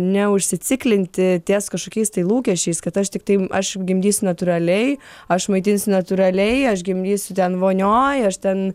neužsiciklinti ties kažkokiais tai lūkesčiais kad aš tiktai aš gimdysiu natūraliai aš maitinsiu natūraliai aš gimdysiu ten vonioj aš ten